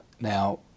now